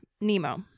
Nemo